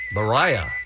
Mariah